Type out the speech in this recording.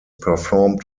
performed